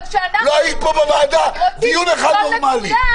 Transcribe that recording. אבל כשאנחנו רוצים שוויון לכולם